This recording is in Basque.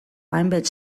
hainbat